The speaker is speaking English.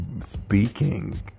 speaking